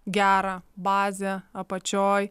gerą bazę apačioj